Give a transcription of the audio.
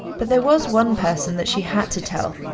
but there was one person that she had to tell.